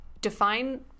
Define